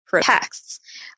texts